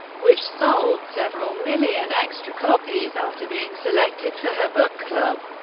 which sold several million extra copies after being selected for her book club.